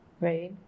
right